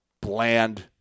bland